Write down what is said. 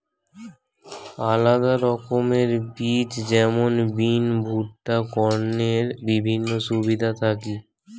আলাদা রকমের বীজ যেমন বিন, ভুট্টা, কর্নের বিভিন্ন সুবিধা থাকি